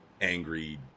angry